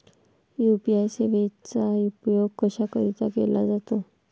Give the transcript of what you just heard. UPI सेवेचा उपयोग कशाकरीता केला जातो?